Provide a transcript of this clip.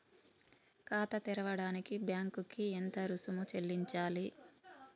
ఖాతా తెరవడానికి బ్యాంక్ కి ఎంత రుసుము చెల్లించాలి?